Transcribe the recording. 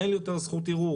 אין לי יותר זכות ערעור.